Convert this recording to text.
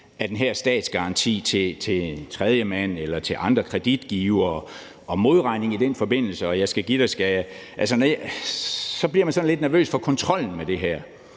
af den her statsgaranti til tredjemand eller til andre kreditgivere og modregning i den forbindelse, og jeg skal give dig, skal jeg, så bliver man lidt nervøs for kontrollen med det her.